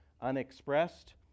unexpressed